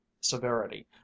severity